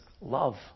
love